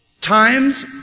times